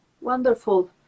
wonderful